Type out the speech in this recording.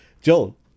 Joel